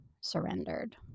surrendered